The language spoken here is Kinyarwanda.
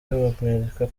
bamwereka